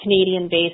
Canadian-based